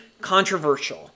controversial